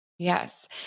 Yes